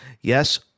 Yes